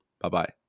bye-bye